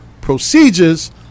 Procedures